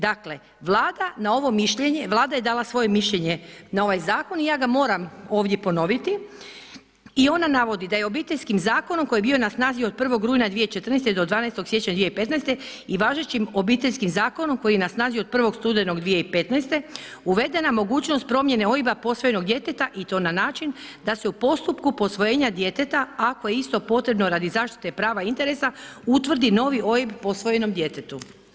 Dakle Vlada je dala svoje mišljenje na ovaj zakon i ja ga moram ovdje ponoviti i ona navodi da je Obiteljskim zakonom koji je bio na snazi od 1. rujna 2014. do 12. siječnja 2015. i važećim Obiteljskim zakonom koji je na snazi od 1. studenog 2015. uvedena mogućnost promjene OIB-a posvojenog djeteta i to na način da se u postupku posvojenja djeteta, ako je isto potrebno radi zaštite prava i interesa, utvrdi novi OIB posvojenom djetetu.